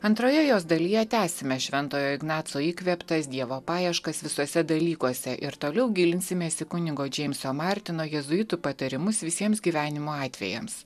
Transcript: antroje jos dalyje tęsime šventojo ignaco įkvėptas dievo paieškas visuose dalykuose ir toliau gilinsimės į kunigo džeimso martino jėzuitų patarimus visiems gyvenimo atvejams